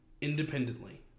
independently